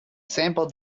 sampled